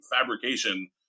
fabrication